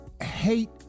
hate